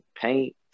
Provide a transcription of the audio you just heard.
paint